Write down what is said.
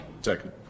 Second